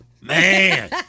Man